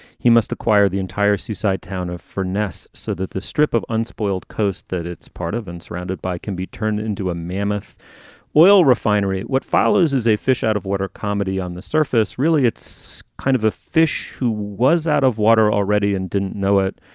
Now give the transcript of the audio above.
he must acquire the entire seaside town of four nesse so that the strip of unspoiled coast that it's part of and surrounded by can be turned into a mammoth oil refinery. what follows is a fish out of water comedy on the surface. really, it's kind of a fish who was out of water already and didn't know it,